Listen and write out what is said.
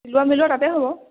চিলোৱা মিলোৱা তাতে হ'ব